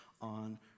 on